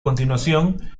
continuación